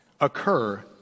occur